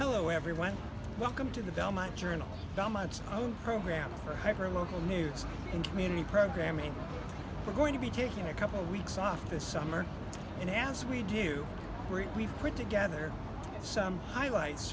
hello everyone welcome to the belmont journal dominance program for hyper local news and community programming we're going to be taking a couple weeks off this summer and as we do we put together some highlights